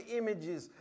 images